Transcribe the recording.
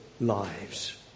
lives